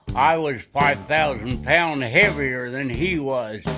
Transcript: i was five thousand pounds heavier than he was.